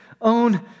own